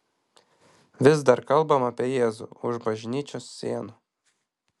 vis dar kalbama apie jėzų už bažnyčios sienų